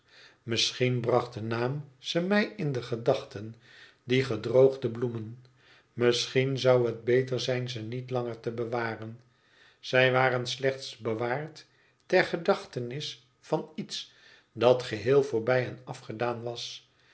misschien bracht de naam ze mij in de gedachten die gedroogde bloemen misschien zou het beter zijn ze niet langer te bewaren zij waren slechts bewaard ter gedachtenis van iets dat geheel voorbij en afgedaan was